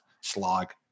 slog